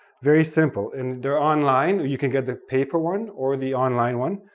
very simple, and they're online, you can get the paper one or the online one,